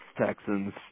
Texans